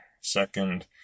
second